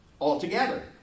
altogether